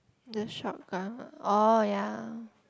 the shotgun ah orh ya